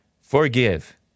forgive